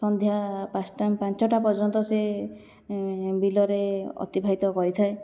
ସନ୍ଧ୍ୟା ପାଞ୍ଚଟା ପର୍ଯ୍ୟନ୍ତ ସେ ବିଲରେ ଅତିବାହିତ କରିଥାଏ